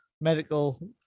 medical